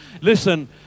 Listen